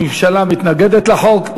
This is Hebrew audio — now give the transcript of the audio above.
הממשלה מתנגדת לחוק.